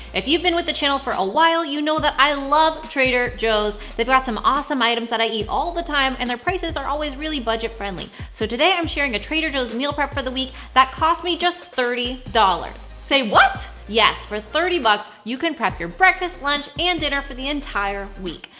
if you've been with the channel for awhile, you know that i love trader joe's. they've got some awesome items that i eat all the time, and their prices are always really budget-friendly. so today, i'm sharing a trader joe's meal prep for the week that cost me just thirty! say what! yes, for thirty bucks you can prep your breakfast, lunch, and dinner for the entire week!